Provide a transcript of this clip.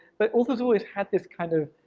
but authors always had this kind of